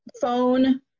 phone